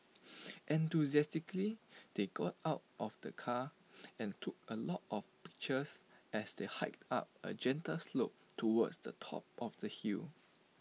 enthusiastically they got out of the car and took A lot of pictures as they hiked up A gentle slope towards the top of the hill